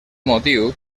motiu